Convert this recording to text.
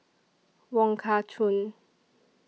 Wong Kah Chun